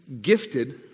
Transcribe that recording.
gifted